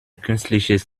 künstliches